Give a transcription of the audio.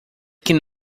can